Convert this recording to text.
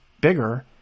bigger